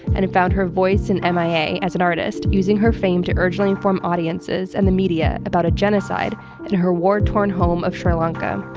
and found her voice in m. i. a as an artist, using her fame to urgently inform audiences and the media about a genocide and her war-torn home of sri lanka.